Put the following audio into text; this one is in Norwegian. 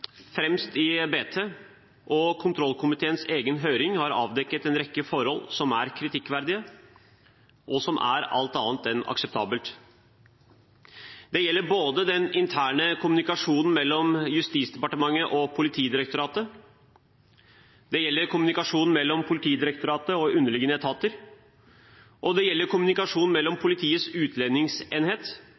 fremst i BT, og kontrollkomiteens egen høring har avdekket en rekke forhold som er kritikkverdige, og som er alt annet enn akseptable. Det gjelder både den interne kommunikasjonen mellom Justisdepartementet og Politidirektoratet, det gjelder kommunikasjonen mellom Politidirektoratet og underliggende etater, det gjelder kommunikasjonen med Politiets utlendingsenhet,